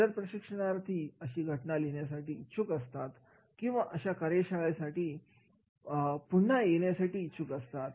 जे प्रशिक्षणार्थी अशी घटना लिहिण्यासाठी इच्छुक असतात किंवा अशा कार्यशाळेसाठी पुन्हा येण्यासाठी इच्छुक असतात